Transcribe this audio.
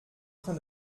train